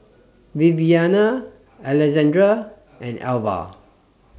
Viviana Alessandra and Alvah